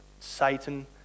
Satan